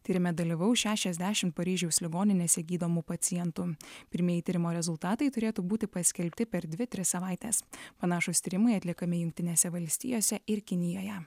tyrime dalyvaus šešiasdešim paryžiaus ligoninėse gydomų pacientų pirmieji tyrimo rezultatai turėtų būti paskelbti per dvi tris savaites panašūs tyrimai atliekami jungtinėse valstijose ir kinijoje